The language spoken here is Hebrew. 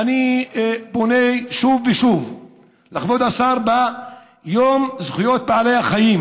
אני פונה שוב ושוב לכבוד השר ביום זכויות בעלי החיים,